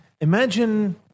imagine